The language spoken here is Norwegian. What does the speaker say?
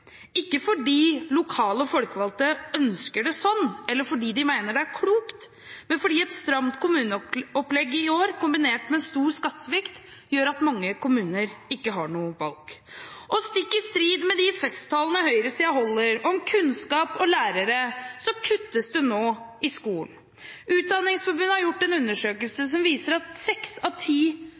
Ikke fordi lokale folkevalgte ønsker det sånn, eller fordi de mener det er klokt, men fordi et stramt kommuneopplegg i år kombinert med stor skattesvikt gjør at mange kommuner ikke har noe valg. Stikk i strid med de festtalene høyresiden holder om kunnskap og lærere, kuttes det nå i skolen. Utdanningsforbundet har gjort en undersøkelse som viser at seks av ti